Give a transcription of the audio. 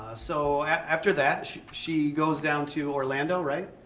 ah so after that she she goes down to orlando, right?